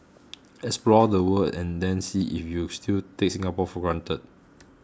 explore the world and then see if you still take Singapore for granted